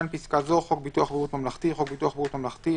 "חוק ביטוח בריאות ממלכתי" חוק ביטוח בריאות ממלכתי,